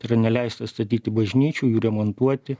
tai yra neleista statyti bažnyčių jų remontuoti